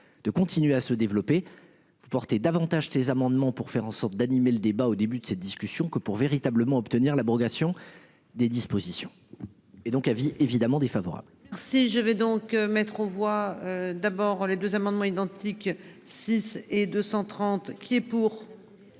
de continuer à se développer vous porter davantage ces amendements pour faire en sorte d'animer le débat au début de cette discussion que pour véritablement obtenir l'abrogation des dispositions. Et donc avis évidemment défavorable. Si je vais donc mettre aux voix d'abord les 2 amendements identiques six et 230 qui est pour.